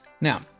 Now